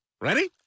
Ready